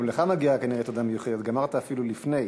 גם לך מגיעה כנראה תודה מיוחדת, גמרת אפילו לפני.